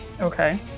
Okay